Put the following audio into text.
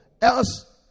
else